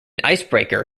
icebreaker